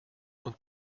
und